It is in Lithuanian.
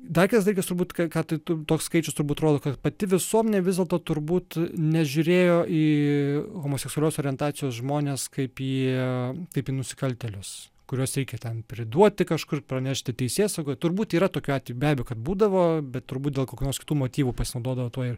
dar kitas dalykas turbūt ką kad tu toks skaičius turbūt rodo kad pati visuomenė vis dėlto turbūt nežiūrėjo į homoseksualios orientacijos žmones kaip į kaip į nusikaltėlius kuriuos reikia ten priduoti kažkur pranešti teisėsaugai turbūt yra tokių atvejų be abejo kad būdavo bet turbūt dėl kokių nors kitų motyvų pasinaudodavo tuo ir